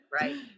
right